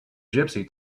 gypsy